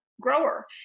grower